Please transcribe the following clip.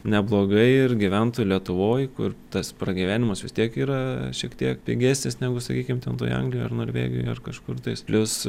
neblogai ir gyventų lietuvoj kur tas pragyvenimas vis tiek yra šiek tiek pigesnis negu sakykim ten toj anglijoj ar norvegijoj ar kažkur tais plius